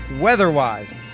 weather-wise